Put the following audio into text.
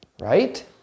right